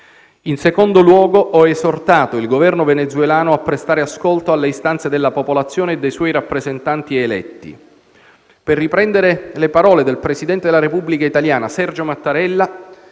In secondo luogo, ho esortato il Governo venezuelano a prestare ascolto alle istanze della popolazione e dei suoi rappresentanti eletti. Per riprendere le parole del presidente della Repubblica italiana, Sergio Mattarella: